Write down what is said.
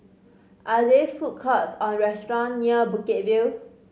are there food courts or restaurants near Bukit View